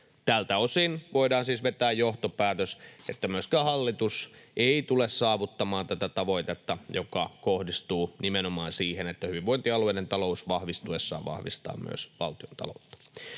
Tältä osin voidaan siis vetää johtopäätös, että myöskään hallitus ei tule saavuttamaan tätä tavoitetta, joka kohdistuu nimenomaan siihen, että hyvinvointialueiden talous vahvistuessaan vahvistaa myös valtiontaloutta.